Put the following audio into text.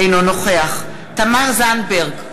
אינו נוכח תמר זנדברג,